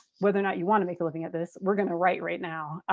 whether or not you want to make a living at this, we're gonna write right now,